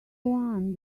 one